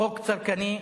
חוק צרכני.